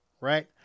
right